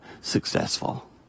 successful